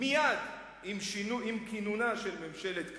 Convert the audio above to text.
"מייד עם כינונה של ממשלת קדימה",